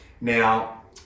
Now